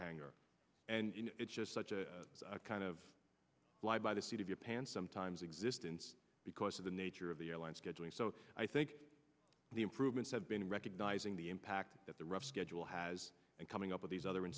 know it's just such a kind of live by the seat of your pants sometimes existence because of the nature of the airline scheduling so i think the improvements have been in recognizing the impact that the rough schedule has and coming up with these other